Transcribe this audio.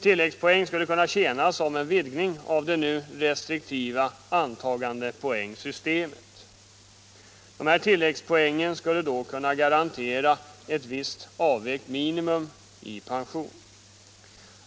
Dessa skulle kunna tjäna som en vidgning av det nu restriktiva antagandepoängsystemet. Tilläggspoängen skulle då kunna garantera ett visst avvägt minimum i pension.